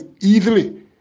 easily